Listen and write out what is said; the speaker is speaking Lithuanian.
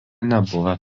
nebuvo